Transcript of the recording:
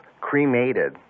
cremated